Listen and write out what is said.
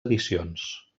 edicions